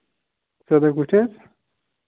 سَداہ کُٹھ حظ